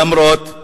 אף-על-פי